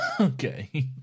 Okay